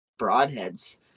broadheads